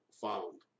found